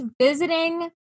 visiting